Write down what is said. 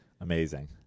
Amazing